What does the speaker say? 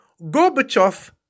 Gorbachev